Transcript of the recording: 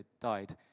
died